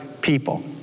people